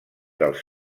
dels